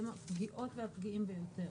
הם הפגיעות והפגיעים ביותר.